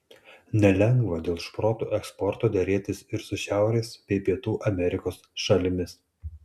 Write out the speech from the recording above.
nelengva dėl šprotų eksporto derėtis ir su šiaurės bei pietų amerikos šalimis